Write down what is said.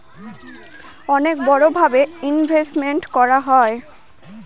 অনেক বড়ো ভাবে ইনভেস্টমেন্ট করা হয়